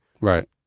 Right